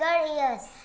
ears